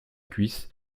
cuisse